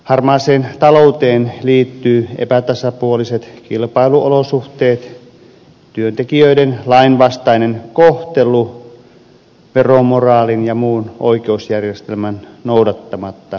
harmaaseen talouteen liittyvät epätasapuoliset kilpailuolosuhteet työntekijöiden lainvastainen kohtelu veromoraalin ja muun oikeusjärjestelmän noudattamatta jättäminen